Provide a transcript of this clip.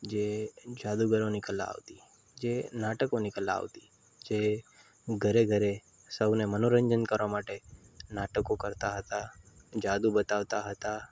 જે જાદુગરોની કલા આવતી જે નાટકોની કલા આવતી જે ઘરે ઘરે સૌને મનોરંજન કરવા માટે નાટકો કરતાં હતાં જાદુ બતાવતાં હતાં